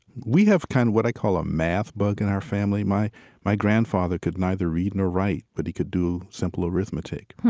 we have kind of what i call a math bug in our family. my my grandfather could neither read nor write, but he could do simple arithmetic.